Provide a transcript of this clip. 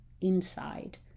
inside